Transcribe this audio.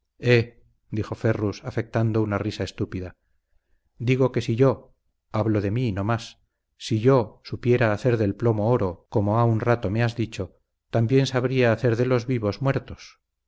dijo ferrus afectando una risa estúpida digo que si yo hablo de mí no más si yo supiera hacer del plomo oro como ha un rato me has dicho también sabría hacer de los vivos muertos